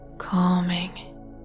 Calming